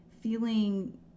feeling